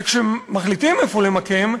וכשמחליטים איפה למקם,